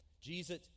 Jesus